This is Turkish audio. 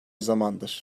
zamandır